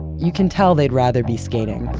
you can tell they'd rather be skating.